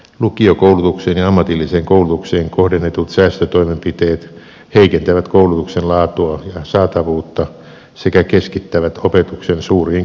lukiokoulutukseen ja ammatilliseen koulutukseen kohdennetut säästötoimenpiteet heikentävät koulutuksen laatua ja saatavuutta sekä keskittävät opetuksen suuriin kaupunkikeskuksiin